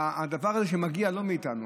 הדבר הזה מגיע לא מאיתנו.